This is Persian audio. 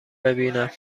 ببینم